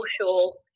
social